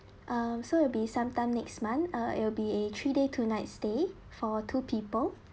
uh so it'll be some time next month uh it'll be a three day two night stay for two people